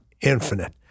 infinite